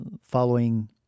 following